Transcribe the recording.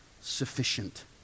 sufficient